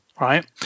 right